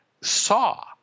saw